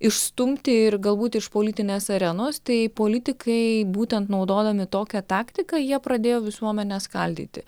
išstumti ir galbūt iš politinės arenos tai politikai būtent naudodami tokią taktiką jie pradėjo visuomenę skaldyti